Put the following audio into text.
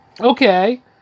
okay